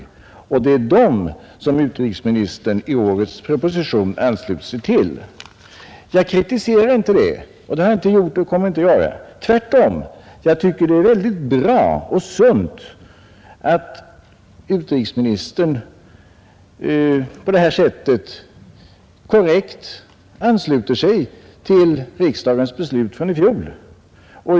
Det är dem som utrikesministern i årets statsverksproposition ansluter sig till. Jag kritiserar inte detta. Det har jag inte gjort och det kommer jag inte att göra. Tvärtom tycker jag att det är väldigt bra och sunt att utrikesministern på detta sätt korrekt ansluter sig till riksdagens beslut från i fjol.